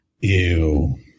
Ew